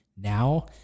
now